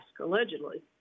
allegedly